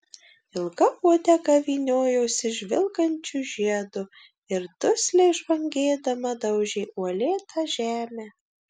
ilga uodega vyniojosi žvilgančiu žiedu ir dusliai žvangėdama daužė uolėtą žemę